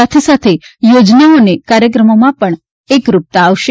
સાથેસાથે યોજનાઓ અને કાર્યક્રમોમાં પણ એકરૂપતા આવશે